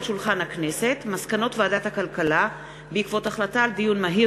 מסקנות ועדת הכלכלה בעקבות דיון מהיר